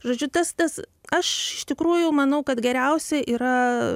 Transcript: žodžiu tas tas aš iš tikrųjų manau kad geriausia yra